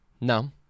No